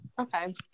Okay